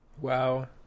wow